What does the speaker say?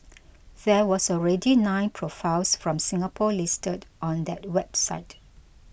there was already nine profiles from Singapore listed on their website